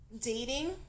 dating